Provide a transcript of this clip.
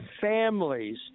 families